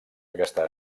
aquesta